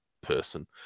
person